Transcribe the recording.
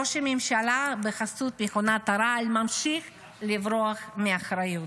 ראש הממשלה בחסות מכונת הרעל ממשיך לברוח מאחריות.